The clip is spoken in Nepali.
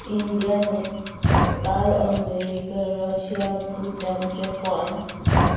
India Nepal America Russia Bhutan Japan